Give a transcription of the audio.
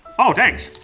oh, thanks.